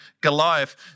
Goliath